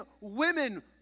women